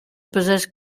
possess